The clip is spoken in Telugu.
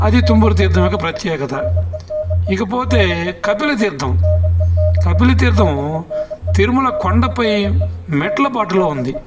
అది తుమ్మూరు తీర్థం యొక్క ప్రత్యేకత ఇకపోతే కపిల తీర్థం కపిల తీర్థము తిరుమల కొండపై మెట్ల పాటలో ఉంది